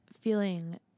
feeling